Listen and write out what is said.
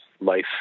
life